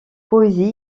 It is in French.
poésies